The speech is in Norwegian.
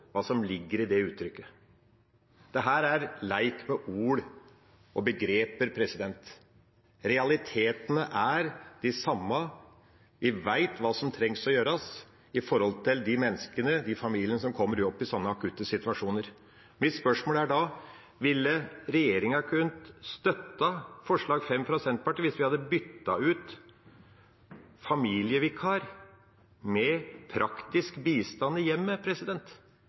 hva som ligger i det uttrykket. Dette er lek med ord og begreper. Realitetene er de samme. Vi vet hva som trengs å gjøres for de menneskene og familiene som kommer opp i sånne akutte situasjoner. Mitt spørsmål er da: Hadde regjeringa kunnet støtte forslag nr. 5, fra Senterpartiet, hvis vi hadde byttet ut «familievikar» med «praktisk bistand i hjemmet»?